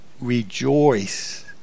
Rejoice